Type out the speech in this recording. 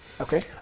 Okay